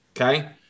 Okay